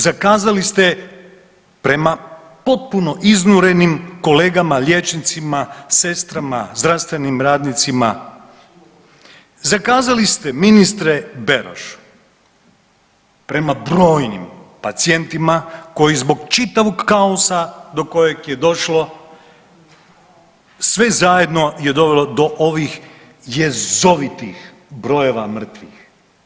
Zakazali ste prema potpuno iznurenim kolegama liječnicima, sestrama, zdravstvenim radnicima, zakazali ste ministre Beroš prema brojnim pacijentima koji zbog čitavog kaosa do kojeg je došlo sve zajedno je dovelo do ovih jezovitih brojeva mrtvih.